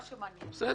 בסדר,